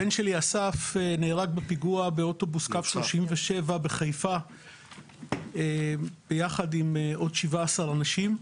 הבן שלי אסף נהרג בפיגוע באוטובוס קו 37 בחיפה ביחד עם עוד 17 אנשים.